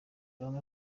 bamwe